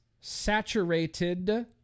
saturated